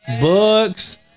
books